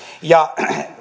ja